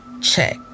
Check